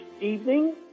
evening